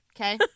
Okay